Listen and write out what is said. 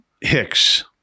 Hicks